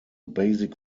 basic